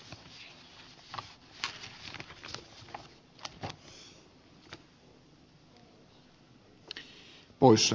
herra puhemies